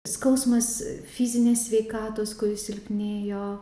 skausmas fizinės sveikatos kuri silpnėjo